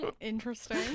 Interesting